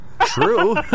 true